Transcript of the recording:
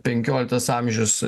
penkioliktas amžius